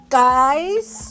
guys